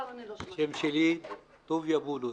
שמי טוביה בולוס.